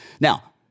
Now